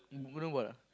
um golden ball ah